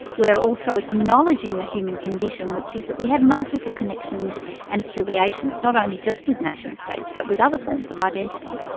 we're also acknowledging the human condition, which is that we have multiple connections and affiliations, not only just with nationstates but with other forms of identity.